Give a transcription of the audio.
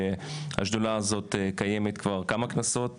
שהשדולה הזאת קיימת כבר כמה כנסות,